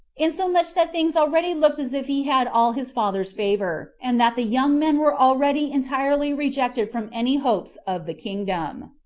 insomuch that things already looked as if he had all his father's favor, and that the young men were already entirely rejected from any hopes of the kingdom.